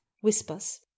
whispers